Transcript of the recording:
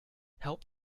help